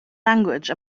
language